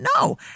No